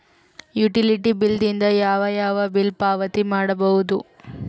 Utility bill ದಿಂದ ಯಾವ ಯಾವ ಬಿಲ್ ಪಾವತಿ ಮಾಡಬಹುದು?